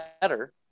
better